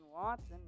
Watson